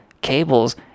cables